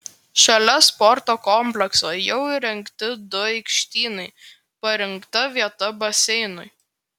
šalia sporto komplekso jau įrengti du aikštynai parinkta vieta baseinui